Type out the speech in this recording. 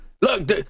Look